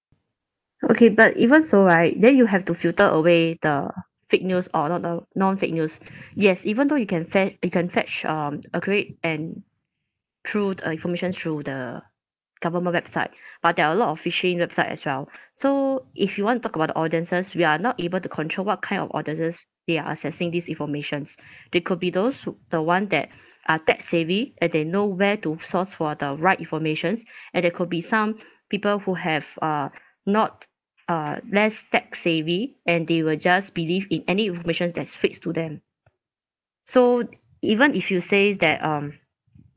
okay but even so right then you have to filter away the fake news or not th~ non-fake news yes even though you can fe~ you can fetch um accurate and true uh informations through the government website but there are a lot of fishy website as well so if you want to talk about the audiences we are not able to control what kind of audiences they are accessing this informations they could be those wh~ the [one] that are tech-savvy and they know where to source for the right informations and they could be some people who have uh not uh less tech-savvy and they will just believe in any information that's feeds to them so even if you say that um